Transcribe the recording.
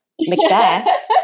Macbeth